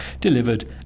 delivered